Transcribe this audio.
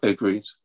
Agreed